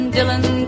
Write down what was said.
Dylan